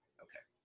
okay.